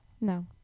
No